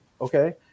okay